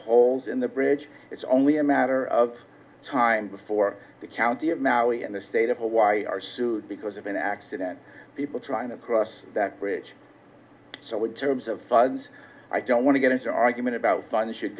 holes in the bridge it's only a matter of time before the county of maui and the state of hawaii are sued because of an accident people trying to cross that bridge so with terms of funds i don't want to get into the argument about funds should